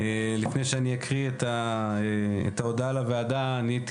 לפני שאקרא את ההודעה לוועדה הייתי